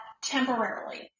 temporarily